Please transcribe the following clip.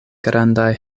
grandaj